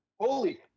holy